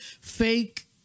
fake